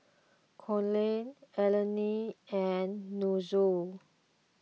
Konner Alani and Nunzio